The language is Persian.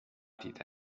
دیده